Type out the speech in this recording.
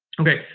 okay.